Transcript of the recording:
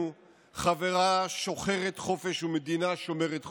חברה שוחרת חופש ומדינה שומרת חוק.